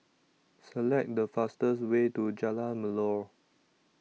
Select The fastest Way to Jalan Melor